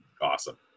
awesome